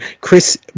Chris